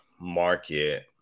market